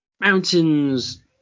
mountains